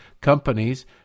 companies